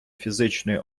фізичної